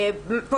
הקטין.".